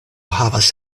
havas